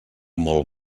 molt